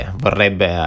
vorrebbe